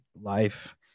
life